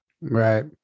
Right